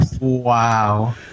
Wow